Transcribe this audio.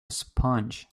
sponge